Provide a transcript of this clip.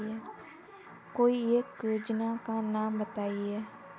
कोई एक योजना का नाम बताएँ?